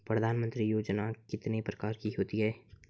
प्रधानमंत्री योजना कितने प्रकार की होती है?